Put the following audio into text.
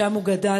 שם הוא גדל,